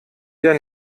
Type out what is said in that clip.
der